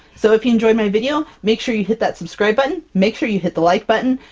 so if you enjoyed my video make sure you hit that subscribe button, make sure you hit the like button,